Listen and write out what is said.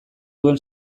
duen